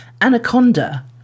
Anaconda